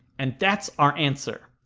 and that's our answer.